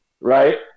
right